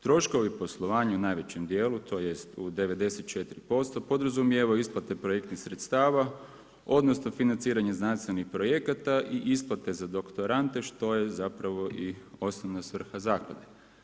Troškovi poslovanja u najvećem djelu, tj. u 94% podrazumijevaju isplate projektnih sredstava odnosno financiranje znanstvenih projekata i isplate za doktorante što je zapravo i osnovna svrha zaklade.